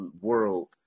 world